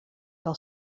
del